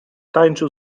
tańczył